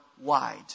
wide